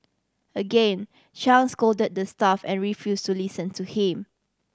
again Chang scolded the staff and refuse to listen to him